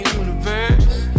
universe